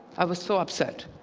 i was so upset.